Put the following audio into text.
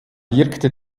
wirkte